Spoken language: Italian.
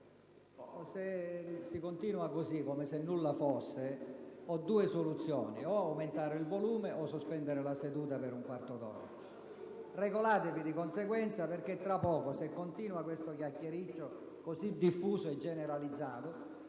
Se si continua così, come se nulla fosse, ho due soluzioni: aumentare il volume o sospendere la seduta per un quarto d'ora. Regolatevi di conseguenza perché, se continua questo chiacchiericcio così diffuso e generalizzato,